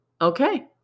okay